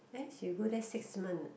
eh she go there six month ah